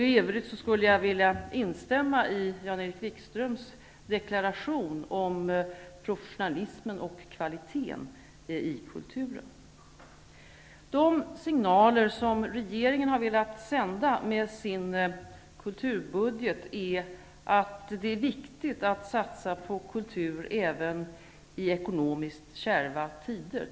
I övrigt vill jag instämma i Jan-Erik Wikströms deklaration om professionalism och kvalitet i kulturen. De signaler som regeringen har velat ge i kulturbudgeten är att det är viktigt att satsa på kultur även i ekonomiskt kärva tider.